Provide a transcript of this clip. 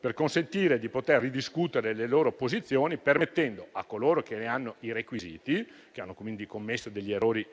per consentire di poter ridiscutere le loro posizioni, permettendo a coloro che ne hanno i requisiti, e che hanno quindi commesso degli errori